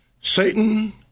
Satan